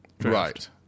Right